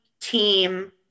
team